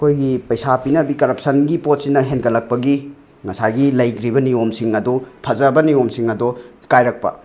ꯑꯩꯈꯣꯏꯒꯤ ꯄꯩꯁꯥ ꯄꯤꯅꯕꯤ ꯀꯔꯞꯁꯟꯒꯤ ꯄꯣꯠꯁꯤꯅ ꯍꯟꯀꯠꯂꯛꯄꯒꯤ ꯉꯁꯥꯏꯒꯤ ꯂꯩꯈ꯭ꯔꯤꯕ ꯅꯤꯌꯣꯝꯁꯤꯡ ꯑꯗꯣ ꯐꯖꯕ ꯅꯤꯌꯣꯝꯁꯤꯡ ꯑꯗꯣ ꯀꯥꯏꯔꯛꯄ